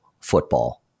football